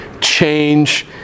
change